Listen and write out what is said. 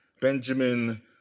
Benjamin